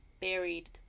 buried